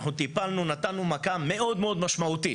אנחנו טיפלנו, נתנו מכה מאוד מאוד משמעותית,